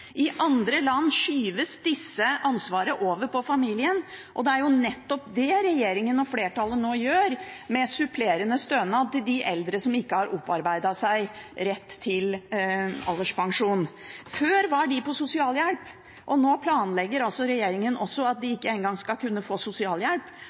I andre land skyves dette ansvaret over på familien. Det er nettopp dette regjeringen og flertallet nå gjør, med supplerende stønad til eldre som ikke har opparbeidet seg rett til alderspensjon. Før var de på sosialhjelp. Nå planlegger regjeringen at de ikke engang skal kunne få sosialhjelp.